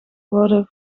worden